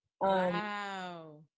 Wow